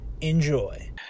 enjoy